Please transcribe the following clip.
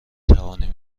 توانیم